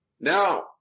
Now